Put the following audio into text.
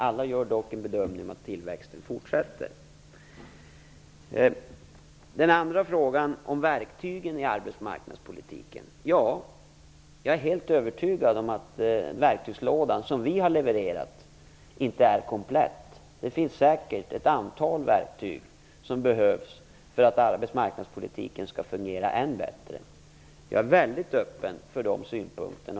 Alla gör dock bedömningen att tillväxten kommer att fortsätta. När det gäller den andra frågan om verktygen i arbetsmarknadspolitiken är jag helt övertygad om att den verktygslåda som vi har levererat inte är komplett. Det finns säkert ett antal verktyg som behövs för att arbetsmarknadspolitiken skall fungera än bättre. Jag är väldigt öppen för sådana synpunkter.